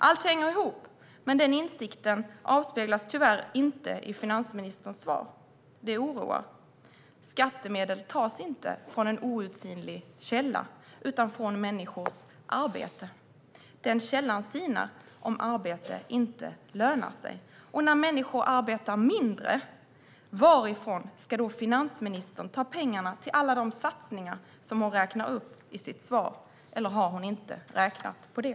Allt hänger ihop, men den insikten avspeglas tyvärr inte i finansministerns svar. Detta oroar. Skattemedel tas inte från en outsinlig källa utan från människors arbete. Den källan sinar om arbete inte lönar sig. Och när människor arbetar mindre, varifrån ska då finansministern ta pengarna till alla de satsningar som hon räknar upp i sitt svar? Eller har hon inte räknat på det?